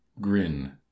Grin